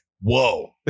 Whoa